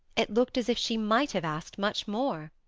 it looked as if she might have asked much more.